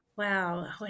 Wow